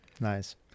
nice